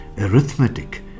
Arithmetic